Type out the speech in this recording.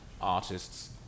artists